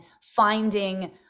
finding